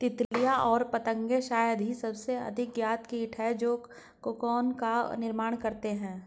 तितलियाँ और पतंगे शायद सबसे अधिक ज्ञात कीट हैं जो कोकून का निर्माण करते हैं